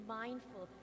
mindful